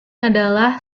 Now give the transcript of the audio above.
adalah